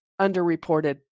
underreported